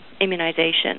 immunization